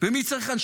מי צריך פסיכולוגים?